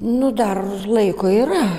nu dar laiko yra